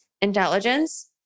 intelligence